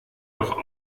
doch